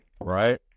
right